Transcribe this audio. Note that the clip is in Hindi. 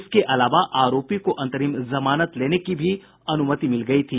इसके अलावा आरोपी को अंतरिम जमानत लेने की अनुमति भी मिल गयी थी